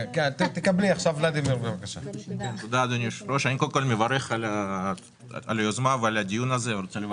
א' רמת השאלות ששאלנו פה והצגנו כחברים בוועדת הכספים היא רמה